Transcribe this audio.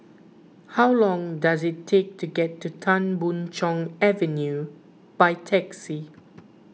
how long does it take to get to Tan Boon Chong Avenue by taxi